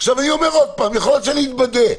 יכול להיות שאתבדה,